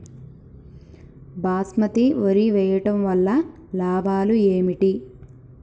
బాస్మతి వరి వేయటం వల్ల లాభాలు ఏమిటి?